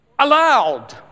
Aloud